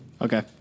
Okay